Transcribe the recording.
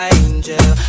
angel